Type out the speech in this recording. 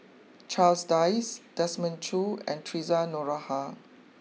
Charles Dyce Desmond Choo and Theresa Noronha